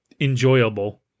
enjoyable